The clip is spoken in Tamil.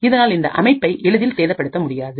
இதனால் இந்த அமைப்பை எளிதில் சேதப்படுத்த முடியாது